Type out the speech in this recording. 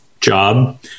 job